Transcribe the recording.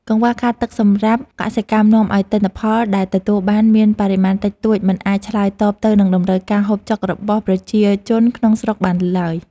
កង្វះខាតទឹកសម្រាប់កសិកម្មនាំឱ្យទិន្នផលដែលទទួលបានមានបរិមាណតិចតួចមិនអាចឆ្លើយតបទៅនឹងតម្រូវការហូបចុករបស់ ប្រជាជនក្នុងស្រុកបានឡើយ។